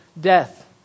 death